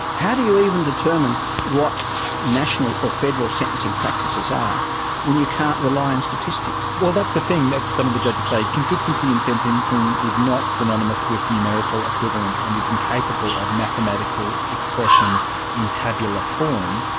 how do you even determine what national or federal sentencing practices are when you can't rely on statistics? well, that's the thing, that some of the judges say consistency in sentencing is not synonymous with numerical equivalence and is incapable of mathematical expression in tabular form.